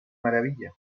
maravilla